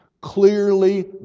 Clearly